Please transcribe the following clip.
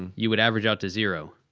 ah you would average out to zero.